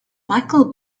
michael